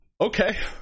okay